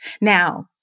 now